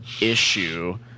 issue